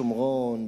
ושומרון,